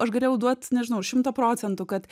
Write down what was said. aš galėjau duot nežinau šimtą procentų kad